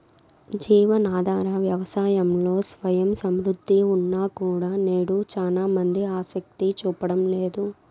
జీవనాధార వ్యవసాయంలో స్వయం సమృద్ధి ఉన్నా కూడా నేడు చానా మంది ఆసక్తి చూపడం లేదు